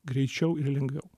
greičiau ir lengviau